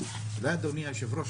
אדוני היושב ראש,